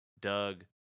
Doug